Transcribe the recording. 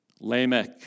Lamech